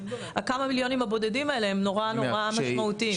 הכמה מיליונים הבודדים האלה הם נורא-נורא משמעותיים.